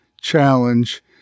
challenge